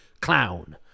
clown